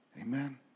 Amen